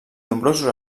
nombrosos